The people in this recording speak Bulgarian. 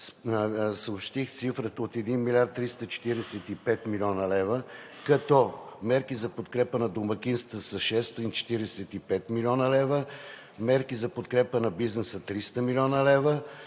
съобщих цифрата от 1 млрд. 345 млн. лв., като мерки за подкрепа на домакинствата са 645 млн. лв., мерки за подкрепа на бизнеса – 300 млн. лв.